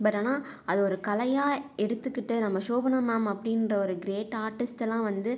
but ஆனால் அது ஒரு கலையாக எடுத்துக்கிட்டு நம்ம ஷோபனா மேம் அப்படின்ற ஒரு க்ரேட் ஆர்ட்டிஸ்ட் எல்லாம் வந்து